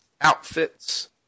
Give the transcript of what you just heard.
outfits